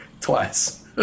Twice